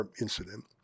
incident